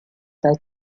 dai